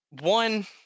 one